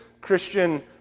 Christian